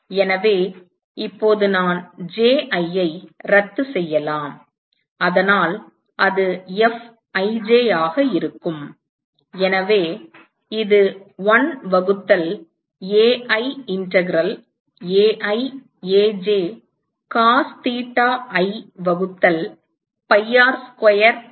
எனவே இப்போது நான் J i ஐ ரத்து செய்யலாம் அதனால் அது Fij ஆக இருக்கும் எனவே இது 1 வகுத்தல் Ai integral Ai Aj cos theta i வகுத்தல் pi R ஸ்கொயர் dAj ஆக இருக்கும்